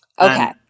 Okay